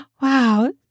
Wow